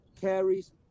carries